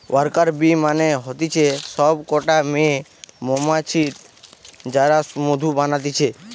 worker bee মানে হতিছে সব কটা মেয়ে মৌমাছি যারা মধু বানাতিছে